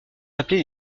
appelés